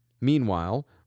Meanwhile